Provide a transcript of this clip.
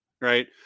right